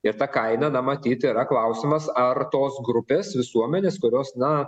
ir ta kaina na matyt yra klausimas ar tos grupės visuomenės kurios na